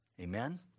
Amen